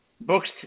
books